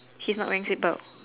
he is not wearing seat belt